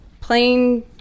plain